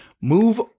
Move